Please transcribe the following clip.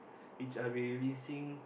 which I'll be releasing